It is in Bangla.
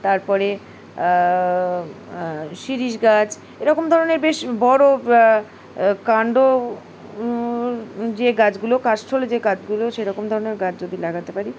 তারপরে শিরীষ গাছ এরকম ধরনের বেশ বড়ো কাণ্ড যে গাছগুলো কাষ্ঠল যে গাছগুলো সেরকম ধরনের গাছ যদি লাগাতে পারি